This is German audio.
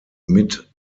mit